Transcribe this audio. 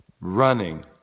running